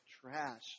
trash